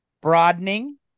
broadening